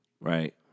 Right